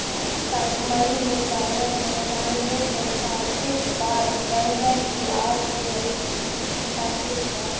park کا شمالی حصہ انیس سو ننانوے سے متعدد بار جنگل کی آگ سے متاثر ہوا ہے